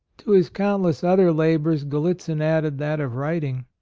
to his countless other labors gallitzin added that of writing.